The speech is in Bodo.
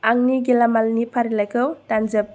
आंनि गेलामालनि फारिलाइखौ दानजोब